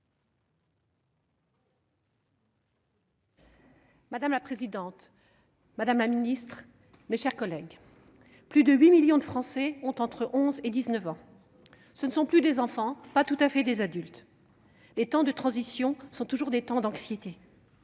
Madame la présidente, madame la secrétaire d'État, mes chers collègues, plus de 8 millions de Français ont entre 11 ans et 19 ans. Ce ne sont plus des enfants, pas tout à fait des adultes. Les temps de transition sont toujours des temps d'anxiété.